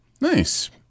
Nice